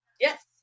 Yes